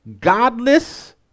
godless